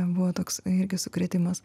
buvo toks irgi sukrėtimas